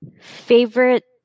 Favorite